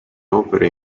opere